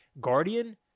guardian